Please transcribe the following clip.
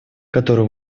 который